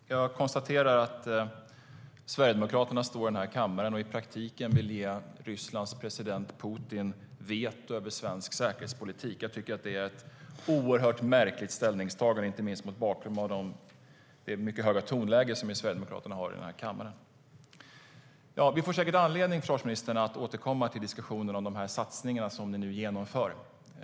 Fru talman! Jag konstaterar att Sverigedemokraterna står i den här kammaren och i praktiken vill ge Rysslands president Putin veto över svensk säkerhetspolitik. Jag tycker att det är ett oerhört märkligt ställningstagande, inte minst mot bakgrund av det mycket höga tonläge Sverigedemokraterna har i denna kammare. Vi får säkert anledning, försvarsministern, att återkomma till diskussionen om de satsningar ni nu genomför.